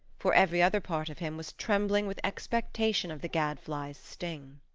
for every other part of him was trembling with expectation of the gadfly's sting.